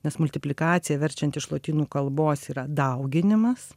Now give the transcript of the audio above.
nes multiplikacija verčiant iš lotynų kalbos yra dauginimas